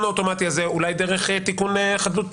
האוטומטי הזה אולי דרך תיקון חדלות פירעון,